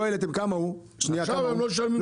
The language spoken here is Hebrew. כמה הוא החוב?